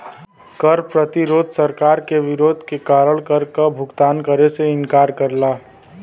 कर प्रतिरोध सरकार के विरोध के कारण कर क भुगतान करे से इंकार करला